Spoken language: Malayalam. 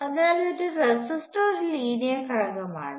അതിനാൽ ഒരു റെസിസ്റ്റർ ഒരു ലീനിയർ ഘടകമാണ്